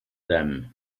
them